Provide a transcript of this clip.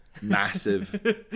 massive